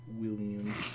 Williams